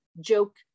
joke